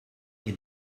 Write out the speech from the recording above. est